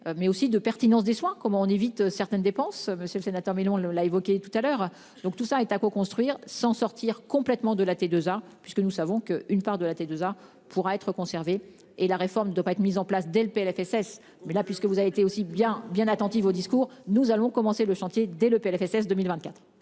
mais aussi de pertinence des soins, comment on évite certaines dépenses. Monsieur le sénateur millions le l'a évoqué tout à l'heure, donc tout ça est co-construire sans sortir complètement de la T2A puisque nous savons que une part de la T2A pourra être conservé et la réforme de pas être mises en place dès le PLFSS mais là puisque vous avez été aussi bien bien attentive au discours. Nous allons commencer le chantier dès le PLFSS 2024.--